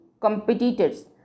competitors